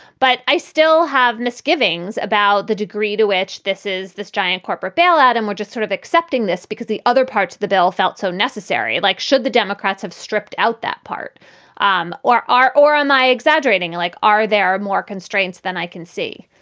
but i still have misgivings about the degree to which this is this giant corporate bail out. and we're just sort of accepting this because the other parts of the bill felt so necessary, like should the democrats have stripped out that part um or are or am i exaggerating? and like are there more constraints than i can see?